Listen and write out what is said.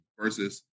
versus